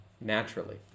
Naturally